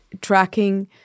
tracking